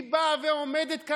אנחנו צריכים לתת דין